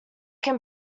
can